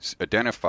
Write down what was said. identify